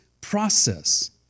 process